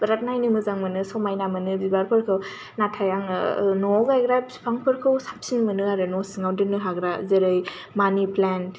बिरात मानि मोजां मोनो बिबारफोरखौ समायना मोनो नाथाय आङो न'आव गायग्रा बिफांफोरखौ साबसिन मोनो आरोना न' सिङाव दोननो हाग्रा जेरै मानि प्लेन